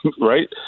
right